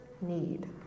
need